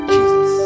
Jesus